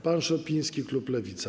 Pan Szopiński, klub Lewica.